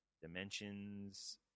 Dimensions